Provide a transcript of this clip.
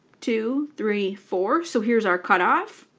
two, three, four so here's our cutoff.